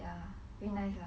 ya very nice lah